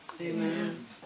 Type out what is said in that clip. Amen